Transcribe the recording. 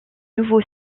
nouveau